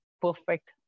perfect